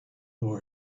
will